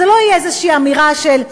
זו לא תהיה איזושהי אמירה של,